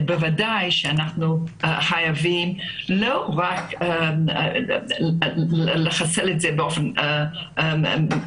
אנחנו חייבים לא רק לחסל את זה באופן מיידי,